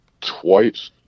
twice